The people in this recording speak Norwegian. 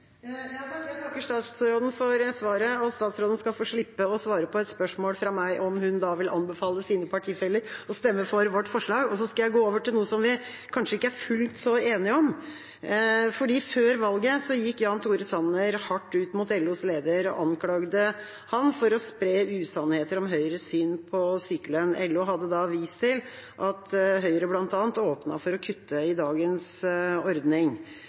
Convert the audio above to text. Jeg takker statsråden for svaret. Statsråden skal få slippe å svare på et spørsmål fra meg om hun da vil anbefale sine partifeller å stemme for vårt forslag, og så skal jeg heller gå over til noe som vi kanskje ikke er fullt så enige om. Før valget gikk Jan Tore Sanner hardt ut mot LOs leder og anklaget ham for å spre usannheter om Høyres syn på sykelønn. LO hadde da vist til at bl.a. Høyre har åpnet for å kutte i dagens ordning.